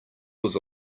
was